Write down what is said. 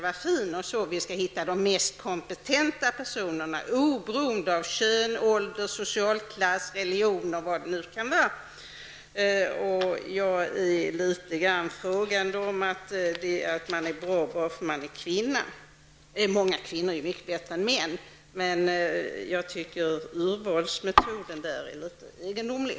Vi måste hitta de mest kompetenta personerna oberoende av kön, ålder, socialklass, religion osv. Jag ställer mig litet frågande till om man är bra bara för att man är kvinna. Många kvinnor är mycket bättre än män, men jag tycker att urvalsmetoden är litet egendomlig.